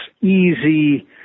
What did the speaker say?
easy